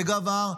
ובגב ההר,